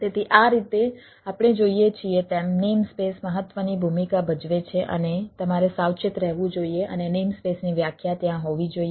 તેથી આ રીતે આપણે જોઈએ છીએ તેમ નેમસ્પેસ મહત્વની ભૂમિકા ભજવે છે અને તમારે સાવચેત રહેવું જોઈએ અને નેમસ્પેસની વ્યાખ્યા ત્યાં હોવી જોઈએ